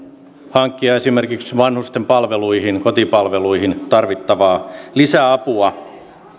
hankkia esimerkiksi vanhusten palveluihin kotipalveluihin tarvittavaa lisäapua